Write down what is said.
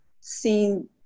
seen